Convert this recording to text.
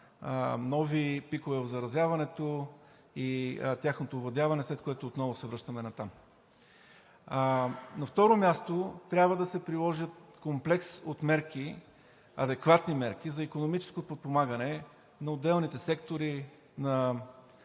нови пикове в заразяването и тяхното овладяване, след което отново се връщаме натам. На второ място, трябва да се приложи комплекс от адекватни мерки за икономическото подпомагане на отделните сектори